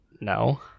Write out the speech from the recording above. No